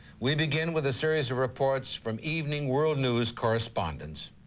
we begin with a series of reports from evening world news correspondents.